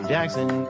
Jackson